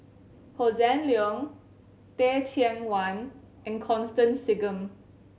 Hossan Leong Teh Cheang Wan and Constance Singam